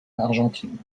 argentine